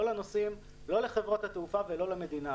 לא לחברות התעופה ולא למדינה.